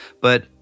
but-